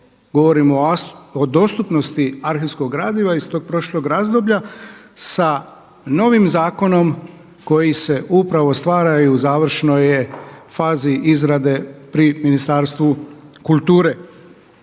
Govorim o dostupnosti arhivskog gradiva iz tog prošlog razdoblja sa novim zakonom koji se upravo stvara i u završnoj je fazi izrade pri Ministarstvu kulture.